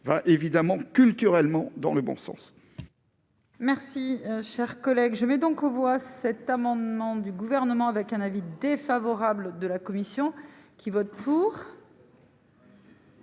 va évidemment culturellement dans le bon sens.